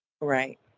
Right